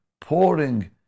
pouring